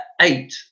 eight